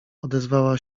odezwała